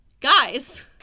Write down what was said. Guys